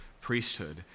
priesthood